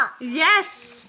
Yes